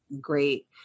great